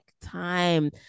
time